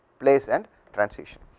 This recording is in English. place and transition.